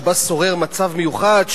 שבה שורר מצב מיוחד,